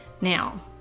Now